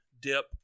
dip